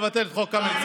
ונבטל את חוק קמיניץ.